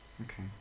Okay